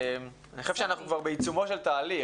אני חושב שאנחנו כבר בעיצומו של תהליך,